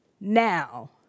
now